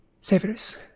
Severus